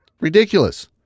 Ridiculous